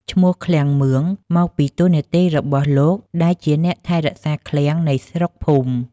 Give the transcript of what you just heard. ឈ្មោះ «ឃ្លាំងមឿង» មកពីតួនាទីរបស់លោកដែលជាអ្នកថែរក្សាឃ្លាំងនៃស្រុកភូមិ ។